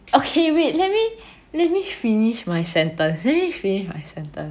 okay wait let me let me finish my sentence let me finish my sentence